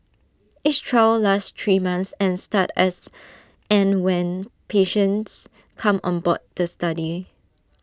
each trial lasts three months and start as and when patients come on board the study